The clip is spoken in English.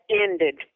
ended